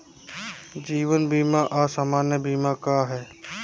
जीवन बीमा आ सामान्य बीमा का ह?